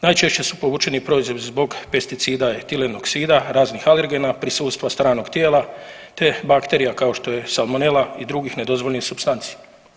Najčešće su povučeni proizvodi zbog pesticida i tilenoksida, raznih alergena, prisustva stranog tijela, te bakterija kao što je salmonela i drugih nedozvoljenih supstanci.